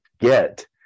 get